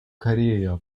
корея